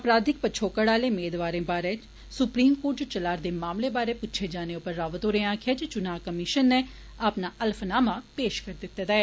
अपराधिक पछोकड़ आले मेदवारें बारे च सुप्रीम कोर्ट च चलारदे मामलें बारे पुच्छे जाने उप्पर रावत होरें आक्खेआ जे चुना कमीशन नै अपना हल्फनामा पेश करी दिते दा ऐ